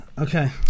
Okay